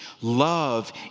Love